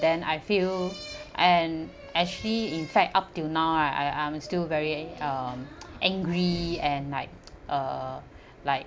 then I feel and actually in fact up till now I I'm still very um angry and like uh like